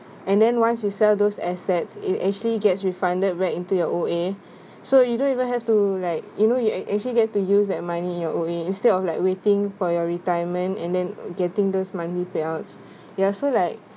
and then once you sell those assets it actually gets refunded back into your O_A so you don't even have to like you know you a~ actually get to use that money in your O_A instead of like waiting for your retirement and then getting those monthly payouts ya so like